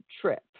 trip